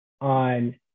on